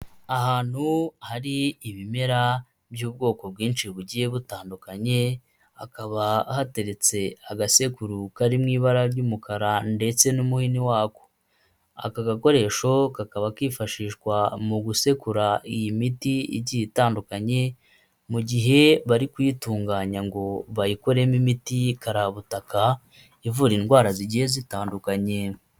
Ahantu hari ibimera by'ubwoko bwinshi bugiye butandukanye, hakaba hateretse agasekuru kari mu ibara ry'umukara ndetse n'umuhini wako, aka gakoresho kakaba kifashishwa mu gusekura iyi miti igiye itandukanye mu gihe bari kuyitunganya ngo bayikoremo imiti'ikarabutaka, ivura indwara zigiye zitandukanye.